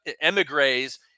emigres